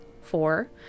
Four